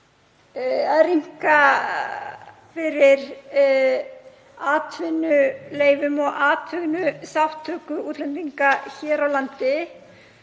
að rýmka fyrir atvinnuleyfum og atvinnuþátttöku útlendinga hér á landi.